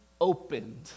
opened